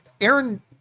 Aaron